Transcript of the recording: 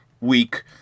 week